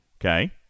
Okay